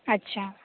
अच्छा